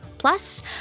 Plus